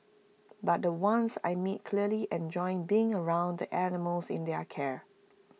but the ones I meet clearly enjoy being around the animals in their care